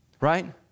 right